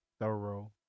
thorough